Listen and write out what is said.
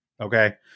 Okay